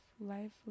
Life